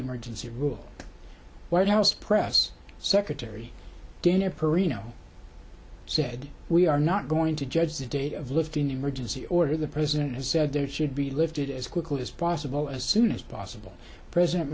emergency rule white house press secretary dana perino said we are not going to judge the date of lifting the emergency order the president has said there should be lifted as quickly as possible as soon as possible president